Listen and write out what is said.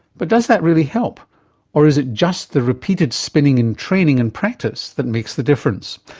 but does that really help or is it just the repeated spinning in training and practise that makes the difference?